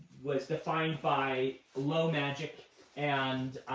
was defined by low magic and